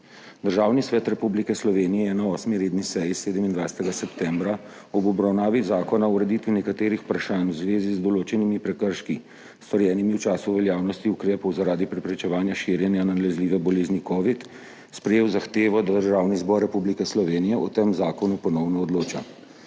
Državni svet Republike Slovenije je na osmi redni seji 27. septembra ob obravnavi Zakona o ureditvi nekaterih vprašanj v zvezi z določenimi prekrški, storjenimi v času veljavnosti ukrepov zaradi preprečevanja širjenja nalezljive bolezni COVID-19, sprejel zahtevo, da Državni zbor Republike Slovenije o tem zakonu ponovno odloča.